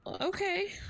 okay